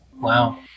Wow